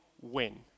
win